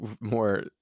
more